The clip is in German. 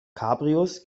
cabrios